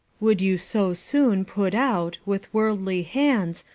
would you so soon put out, with worldly hands,